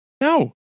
No